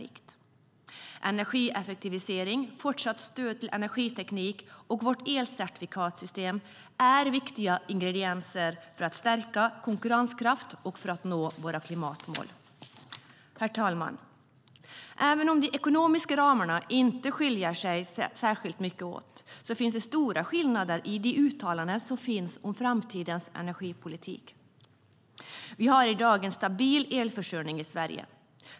Herr talman! Även om de ekonomiska ramarna inte skiljer sig särskilt mycket åt finns det stora skillnader i de uttalanden som har gjorts om framtidens energipolitik. Vi har i dag en stabil elförsörjning i Sverige.